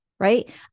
right